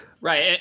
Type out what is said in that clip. Right